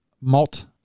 Malt